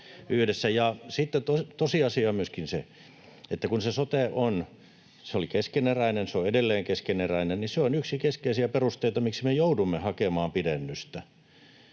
Sitten tosiasia on myöskin se, että kun se sote oli keskeneräinen ja se on edelleen keskeneräinen, niin se on yksi keskeisiä perusteita, miksi me joudumme hakemaan pidennystä.